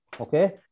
Okay